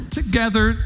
together